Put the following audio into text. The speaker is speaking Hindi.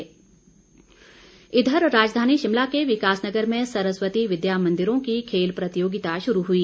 खेल इधर राजधानी शिमला के विकासनगर में सरस्वती विद्या मंदिरों की खेल प्रतियोगिता शुरू हुई